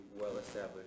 well-established